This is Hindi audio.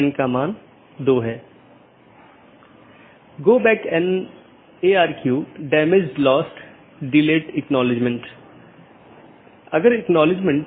यदि तय अवधी के पूरे समय में सहकर्मी से कोई संदेश प्राप्त नहीं होता है तो मूल राउटर इसे त्रुटि मान लेता है